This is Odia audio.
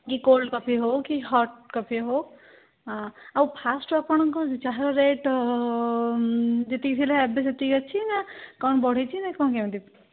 କି କୋଲ୍ଡ କଫି ହଉ କି ହଟ୍ କଫି ହଉ ଆଉ ଫାଷ୍ଟରୁ ଆପଣଙ୍କ ଚାହାର ରେଟ୍ ଯେତିକି ଥିଲା ଏବେ ସେତିକି ଅଛି ନା କ'ଣ ବଢ଼ିଛି ନା କ'ଣ କେମିତି